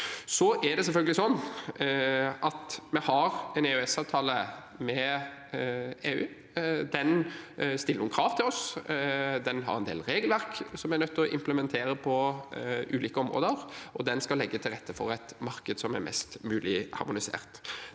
Det er selvfølgelig slik at vi har en EØS-avtale med EU. Den stiller noen krav til oss, den har en del regelverk vi er nødt til å implementere på ulike områder, og den skal legge til rette for et marked som er mest mulig harmonisert.